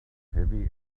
heavy